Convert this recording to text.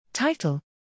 Title